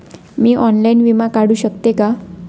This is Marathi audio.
मी ऑनलाइन विमा काढू शकते का?